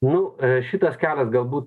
nu šitas karas galbūt